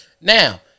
Now